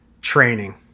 training